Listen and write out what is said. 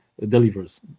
delivers